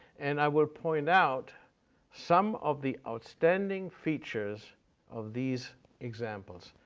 and i will point out some of the outstanding features of these examples.